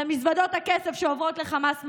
למזוודות הכסף שעוברות לחמאס מהקטארים.